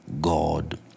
God